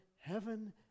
heaven